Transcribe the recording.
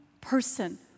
person